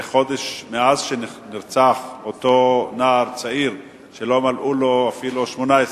זה חודש מאז נרצח אותו נער צעיר שלא מלאו לו אפילו 18 שנים,